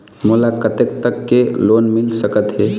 मोला कतेक तक के लोन मिल सकत हे?